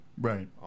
right